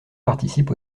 participe